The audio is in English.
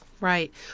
Right